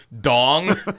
dong